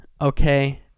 Okay